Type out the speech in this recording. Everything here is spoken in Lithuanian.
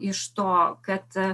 iš to kad